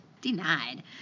Denied